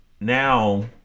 now